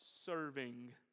serving